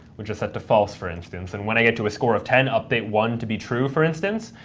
which is set to false, for instance, and when i get to a score of ten, update one to be true, for instance.